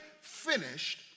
finished